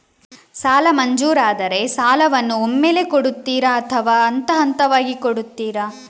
ಸಾಲ ಮಂಜೂರಾದರೆ ಸಾಲವನ್ನು ಒಮ್ಮೆಲೇ ಕೊಡುತ್ತೀರಾ ಅಥವಾ ಹಂತಹಂತವಾಗಿ ಕೊಡುತ್ತೀರಾ?